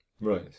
Right